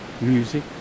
music